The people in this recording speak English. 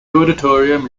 auditorium